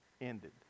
ended